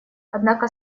однако